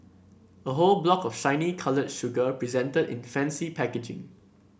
a whole block of shiny coloured sugar presented in fancy packaging